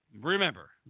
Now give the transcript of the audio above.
Remember